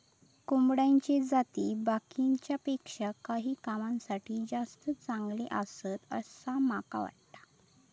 कोंबड्याची जाती बाकीच्यांपेक्षा काही कामांसाठी जास्ती चांगले आसत, असा माका वाटता